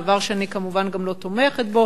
דבר שאני כמובן גם לא תומכת בו.